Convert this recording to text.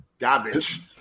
Garbage